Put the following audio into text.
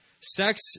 Sex